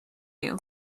you